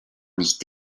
nicht